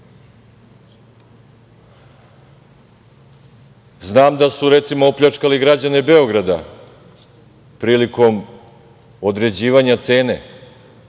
znam. Znam da su, recimo, opljačkali građane Beograda prilikom određivanja cene